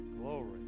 Glory